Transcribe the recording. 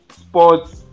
sports